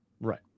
Right